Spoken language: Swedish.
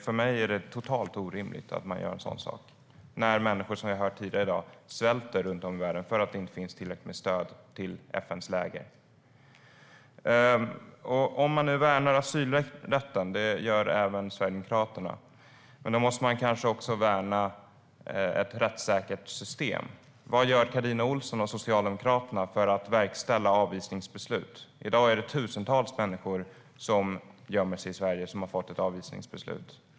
För mig är det totalt orimligt att man gör en sådan sak när människor, som vi har hört tidigare i dag, svälter runt om i världen för att det inte finns tillräckligt med stöd till FN:s läger. Om man nu värnar asylrätten - det gör även Sverigedemokraterna - måste man kanske också värna ett rättssäkert system. Vad gör Carina Ohlsson och Socialdemokraterna för att verkställa avvisningsbeslut? I dag är det tusentals människor som har fått ett avvisningsbeslut som gömmer sig i Sverige.